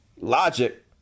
Logic